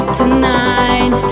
tonight